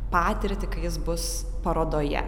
patirtį kai jis bus parodoje